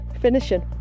Finishing